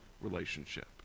relationship